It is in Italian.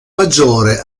maggiore